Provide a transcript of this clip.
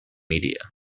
media